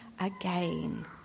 again